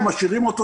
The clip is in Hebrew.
אם משאירים אותו,